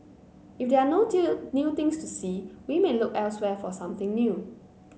if there are no new things to see we may look elsewhere for something new